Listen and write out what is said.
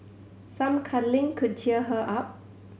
some cuddling could cheer her up